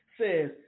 Says